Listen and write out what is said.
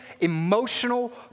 emotional